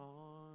on